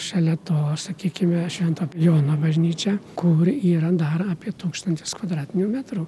šalia to sakykime švento jono bažnyčia kur yra dar apie tūkstantis kvadratinių metrų